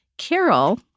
Carol